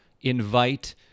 invite